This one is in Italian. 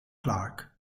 clark